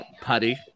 Putty